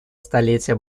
столетия